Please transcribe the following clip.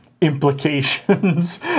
implications